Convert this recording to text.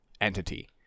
entity